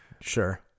Sure